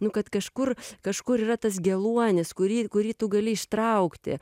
nu kad kažkur kažkur yra tas geluonis kurį kurį tu gali ištraukti